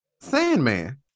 Sandman